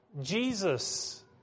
Jesus